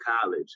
college